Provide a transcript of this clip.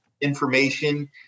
information